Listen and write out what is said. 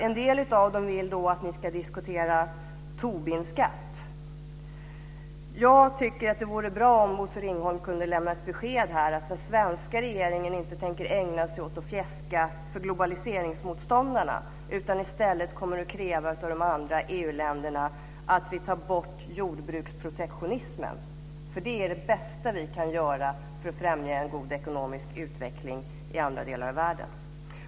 En del av dem vill att man ska diskutera Tobinskatt. Jag tycker att det vore bra om Bosse Ringholm kunde lämna ett besked här att den svenska regeringen inte tänker ägna sig åt att fjäska för globaliseringsmotståndarna utan i stället kommer att kräva av de andra EU-länderna att vi tar bort jordbruksprotektionismen, för det är det bästa vi kan göra för att främja en god ekonomisk utveckling i andra delar av världen.